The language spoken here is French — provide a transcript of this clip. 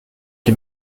qui